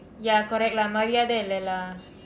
ya correct lah மரியாதை இல்லை:mariyaathai illai lah